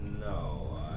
No